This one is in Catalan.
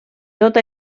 tot